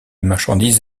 marchandises